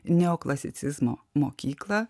neoklasicizmo mokyklą